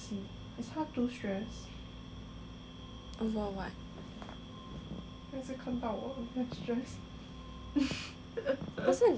over what 可是男的还是女的